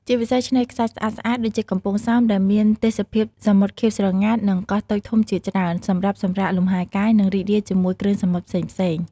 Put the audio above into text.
ជាពិសេសឆ្នេរខ្សាច់ស្អាតៗ ដូចជា កំពង់សោម ដែលមានទេសភាពសមុទ្រខៀវស្រងាត់ និងកោះតូចធំជាច្រើន សម្រាប់សម្រាកលំហែកាយ និងរីករាយជាមួយ គ្រឿងសមុទ្រផ្សេងៗ។